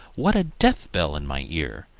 what a death-bell in my ear!